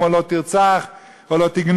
כמו לא תרצח או לא תגנוב,